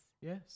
Yes